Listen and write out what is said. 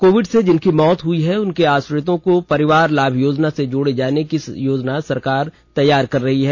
Covid से जिनकी मौत हुई है उनके आश्रित को परिवार लाभ योजना से जोड़े जाने की योजना सरकार तैयार कर रही है